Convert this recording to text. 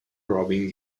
robin